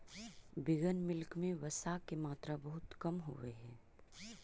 vegan milk में वसा के मात्रा बहुत कम होवऽ हइ